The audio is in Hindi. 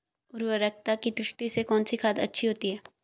उर्वरकता की दृष्टि से कौनसी खाद अच्छी होती है?